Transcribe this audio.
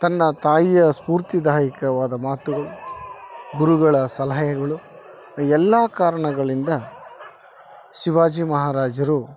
ತನ್ನ ತಾಯಿಯ ಸ್ಫೂರ್ತಿದಾಯಕವಾದ ಮಾತುಗಳು ಗುರುಗಳ ಸಲಹೆಗಳು ಎಲ್ಲಾ ಕಾರಣಗಳಿಂದ ಶಿವಾಜಿ ಮಹಾರಾಜರು